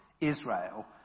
Israel